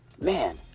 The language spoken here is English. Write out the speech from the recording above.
Man